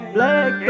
Black